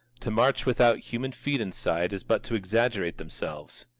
to march without human feet inside is but to exaggerate themselves.